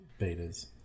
betas